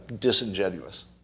disingenuous